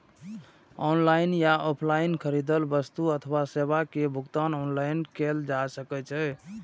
online या offline खरीदल वस्तु अथवा सेवा के भुगतान ऑनलाइन कैल जा सकैछ